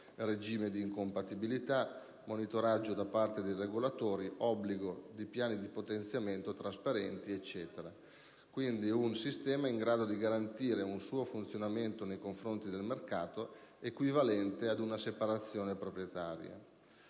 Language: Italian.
regime di incompatibilità, monitoraggio da parte dei regolatori, obbligo di piani di potenziamento trasparenti e così via); quindi, un sistema in grado di garantire un suo funzionamento nei confronti del mercato, equivalente ad una separazione proprietaria.